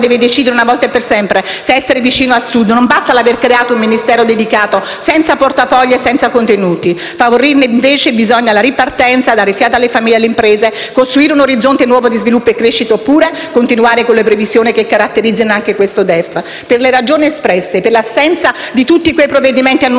deve decidere una volta e per sempre se essere vicino al Sud. Non basta l'aver creato un Ministro dedicato, ma senza portafoglio e senza contenuti; bisogna invece favorirne la ripartenza, dare fiato alle famiglie e alle imprese, costruire un orizzonte nuovo di sviluppo e crescita, oppure continuare con le previsioni che caratterizzano anche questo DEF. Per le ragioni espresse, per l'assenza di tutti quei provvedimenti annunciati